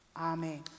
Amen